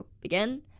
Begin